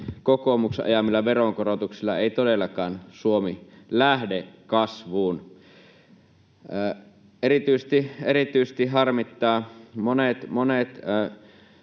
kokoomuksen ajamilla veronkorotuksilla ei todellakaan Suomi lähde kasvuun. Erityisesti harmittaa monet